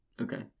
Okay